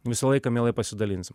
visą laiką mielai pasidalinsim